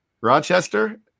Rochester